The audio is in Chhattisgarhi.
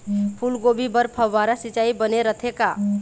फूलगोभी बर फव्वारा सिचाई बने रथे का?